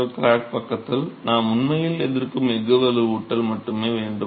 மற்ற கிராக் பக்கத்தில் நாம் உண்மையில் எதிர்க்கும் எஃகு வலுவூட்டல் மட்டுமே வேண்டும்